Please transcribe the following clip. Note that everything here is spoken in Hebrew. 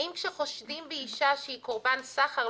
האם כשחושדים באישה שהיא קורבן סחר,